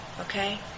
Okay